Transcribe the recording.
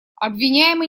обвиняемый